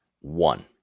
one